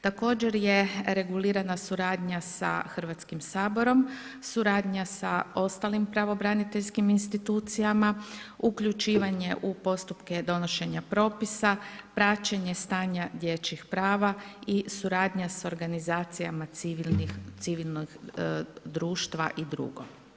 Također je regulirana suradnja sa Hrvatskim saborom, suradnja sa ostalim pravobraniteljskim institucijama, uključivanje u postupke donošenja propisa, praćenje stanja dječjih prava i suradnja s organizacijama civilnog društva i drugo.